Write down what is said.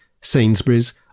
Sainsbury's